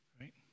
right